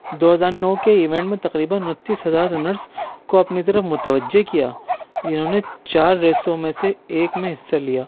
دو ہزار نو کے ایونٹ میں تقریباً اُنتیس ہزار رنرس کو اپنی طرف متوجہ کیا جنہوں نے چار ریسوں میں سے ایک میں حصّہ لیا